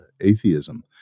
atheism